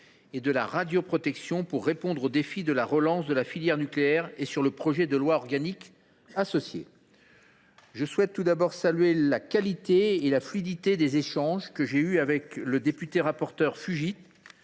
et de la radioprotection pour répondre aux défis de la relance de la filière nucléaire et sur le projet de loi organique qui lui est associé. Je souhaite tout d’abord saluer la qualité et la fluidité des échanges que j’ai eus avec le député Jean Luc Fugit,